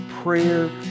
Prayer